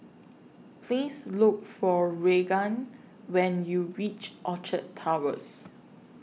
Please Look For Raegan when YOU REACH Orchard Towers